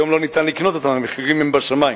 היום לא ניתן לקנות אותם, המחירים הם בשמים.